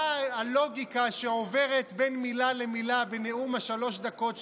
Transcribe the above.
הלוגיקה שעוברת בין מילה למילה בנאום שלוש הדקות שלה.